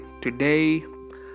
today